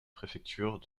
préfecture